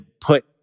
put